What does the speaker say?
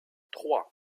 trois